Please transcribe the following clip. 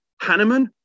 Hanneman